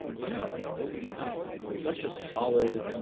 yeah like it's the ink like it's such a solid